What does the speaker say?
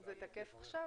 תוסיפי גם אותנו בבקשה.